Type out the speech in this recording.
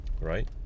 right